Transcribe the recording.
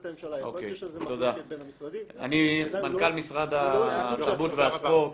הממשלה --- מנכ"ל משרד התרבות והספורט,